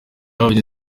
david